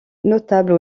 notable